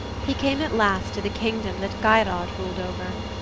he came at last to the kingdom that geirrod ruled over.